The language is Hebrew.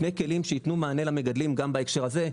שני כלים שיתנו מענה למגדלים גם בהקשר הזה.